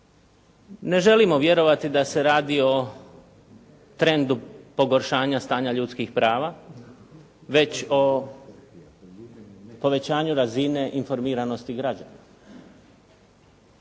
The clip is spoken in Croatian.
Ne želimo vjerovati da se radi o trendu pogoršanja stanja ljudskih prava već o povećanju razine informiranosti građana.